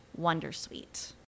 Wondersuite